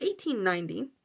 1890